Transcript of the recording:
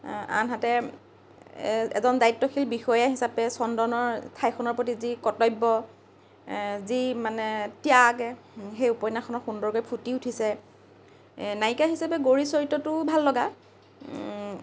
আনহাতে এজন দায়িত্বশীল বিষয়া হিচাপে চন্দনৰ ঠাইখনৰ প্ৰতি যি কৰ্তব্য যি মানে ত্যাগ সেই উপন্যাসখনত সুন্দৰকৈ ফুটি উঠিছে নায়িকা হিচাপে গৌৰীৰ চৰিত্ৰটোও ভাল লগা